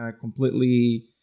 completely